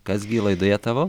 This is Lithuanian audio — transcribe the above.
kas gi laidoje tavo